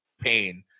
pain